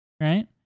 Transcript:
Right